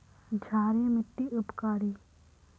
क्षारी मिट्टी उपकारी?